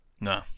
No